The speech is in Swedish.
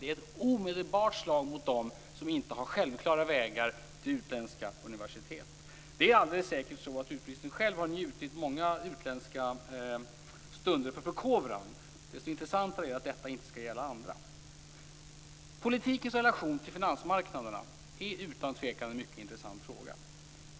Det är ett omedelbart slag mot dem som inte har självklara vägar till utländska universitet. Det är alldeles säkert på det sättet att utbildningsministern själv har njutit många utländska stunder för förkovran. Desto intressantare är det att detta inte skall gälla andra. Politikens relation till finansmarknaderna är utan tvivel en mycket intressant fråga.